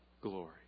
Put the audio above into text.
glory